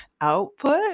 output